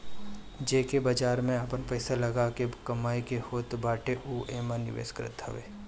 जेके बाजार में आपन पईसा लगा के कमाए के होत बाटे उ एमे निवेश करत हवे